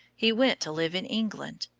he went to live in england.